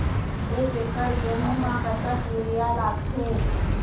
एक एकड़ गेहूं म कतक यूरिया लागथे?